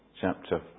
chapter